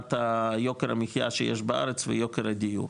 ברמת יוקר המחייה שיש בארץ ויוקר הדיור,